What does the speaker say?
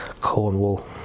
Cornwall